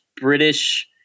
british